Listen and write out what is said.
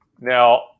now